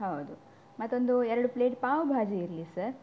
ಹೌದು ಮತ್ತೊಂದು ಎರಡು ಪ್ಲೇಟ್ ಪಾವ್ ಭಾಜಿ ಇರಲಿ ಸರ್